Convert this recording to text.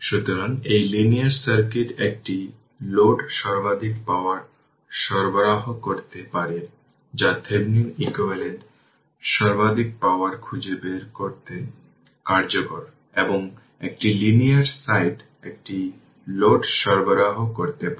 সুতরাং একটি linear circuit একটি লোড সর্বাধিক পাওয়ার সরবরাহ করতে পারে যা থেভেনিন ইকুইভ্যালেন্ট সর্বাধিক পাওয়ার খুঁজে পেতে কার্যকর এবং একটি লিনিয়ার সাইট একটি লোড সরবরাহ করতে পারে